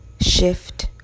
shift